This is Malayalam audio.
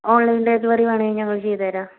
ഓൺലൈൻ ഡെലിവറി വേണമെങ്കിൽ ഞങ്ങൾ ചെയ്ത് തരാം